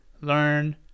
learn